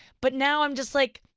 but now i'm just like,